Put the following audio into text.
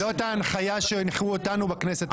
כי זאת ההנחיה שהנחו אותנו בכנסת האחרונה.